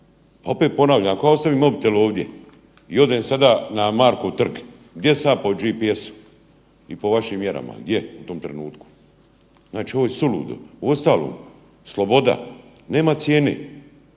Pa opet ponavljam, ako ja ostavim mobitel ovdje i odem sada na Markov trg gdje sam ja po GPS-u i po vašim mjerama, gdje u tom trenutku? Znači ovo je suludo. Uostalom, sloboda nema cijene,